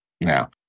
Now